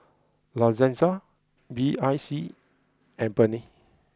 La Senza B I C and Burnie